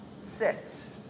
six